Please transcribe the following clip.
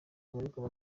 abaregwa